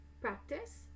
practice